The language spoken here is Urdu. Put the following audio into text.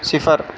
صفر